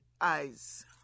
eyes